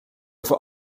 over